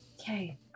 okay